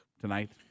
tonight